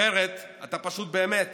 אחרת אתה פשוט באמת